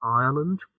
Ireland